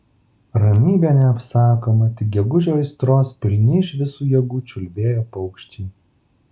ramybė neapsakoma tik gegužio aistros pilni iš visų jėgų čiulbėjo paukščiai